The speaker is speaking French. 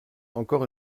encore